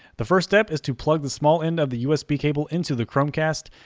the first step is to plug the small end of the usb cable into the chromecast.